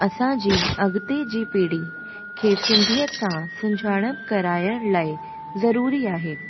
असांजी अॻिते जी पीढ़ी खे सिंधियत सां सुञाणपु कराइणु लाइ ज़रूरी आहे